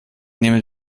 nehme